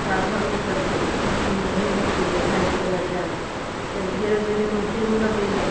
ओकरा भगबैके ओहिसबमे रहै छी जे भागि कोना जाएत तऽ घेरै बेरैमे टाइम लगैए